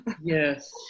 yes